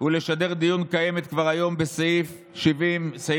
ולשדר דיון קיימת כבר היום בסעיף 70(ב)